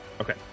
Okay